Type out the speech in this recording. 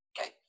Okay